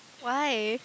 why